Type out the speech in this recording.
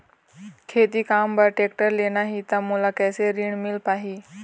खेती काम बर टेक्टर लेना ही त मोला कैसे ऋण मिल पाही?